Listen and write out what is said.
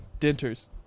Denters